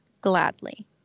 Gladly